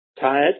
tired